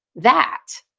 that.